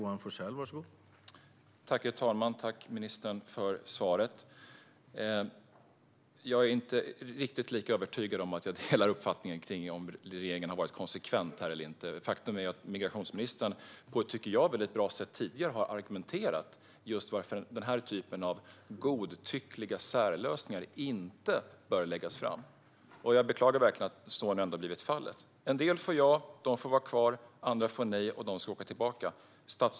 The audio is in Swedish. Herr talman! Tack, ministern, för svaret! Jag är inte säker på att jag delar uppfattningen att regeringen har varit konsekvent här. Faktum är att migrationsministern tidigare på ett, tycker jag, väldigt bra sätt har argumenterat för att just denna typ av godtyckliga särlösningar inte bör läggas fram. Jag beklagar verkligen att så nu ändå har blivit fallet. En del får ja och får vara kvar; andra får nej, och de ska åka tillbaka.